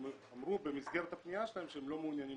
הם אמרו במסגרת הפנייה שלהם שהם לא מעוניינים